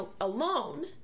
alone